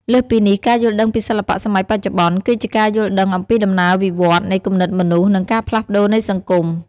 លើសពីនេះ ការយល់ដឹងពីសិល្បៈសម័យបច្ចុប្បន្ន គឺជាការយល់ដឹងអំពីដំណើរវិវត្តន៍នៃគំនិតមនុស្ស និងការផ្លាស់ប្តូរនៃសង្គម។